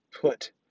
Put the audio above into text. put